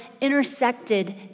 intersected